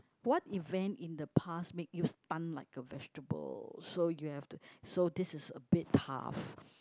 what event in the past make you stun like a vegetable so you have to so this is a bit tough